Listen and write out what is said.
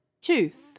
tooth